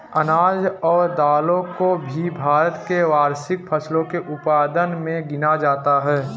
अनाज और दालों को भी भारत की वार्षिक फसलों के उत्पादन मे गिना जाता है